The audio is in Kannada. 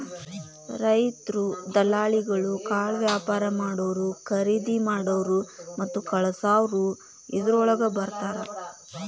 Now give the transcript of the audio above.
ರೈತ್ರು, ದಲಾಲಿಗಳು, ಕಾಳವ್ಯಾಪಾರಾ ಮಾಡಾವ್ರು, ಕರಿದಿಮಾಡಾವ್ರು ಮತ್ತ ಕಳಸಾವ್ರು ಇದ್ರೋಳಗ ಬರ್ತಾರ